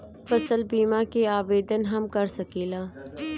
फसल बीमा के आवेदन हम कर सकिला?